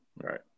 Right